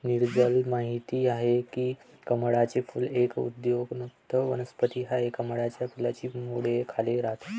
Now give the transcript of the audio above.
नीरजल माहित आहे की कमळाचे फूल एक उदयोन्मुख वनस्पती आहे, कमळाच्या फुलाची मुळे खाली राहतात